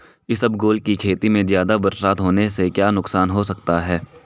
इसबगोल की खेती में ज़्यादा बरसात होने से क्या नुकसान हो सकता है?